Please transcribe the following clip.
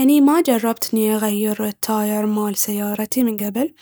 أني ما جربت إني أغير التاير مال سيارتي من قبل